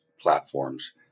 platforms